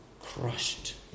Crushed